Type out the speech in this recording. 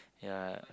ya